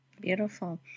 Beautiful